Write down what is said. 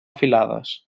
filades